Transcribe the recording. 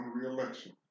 re-election